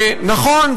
נכון,